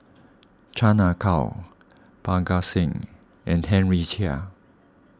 Chan Ah Kow Parga Singh and Henry Chia